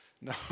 No